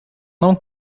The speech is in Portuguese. não